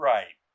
Right